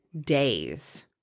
days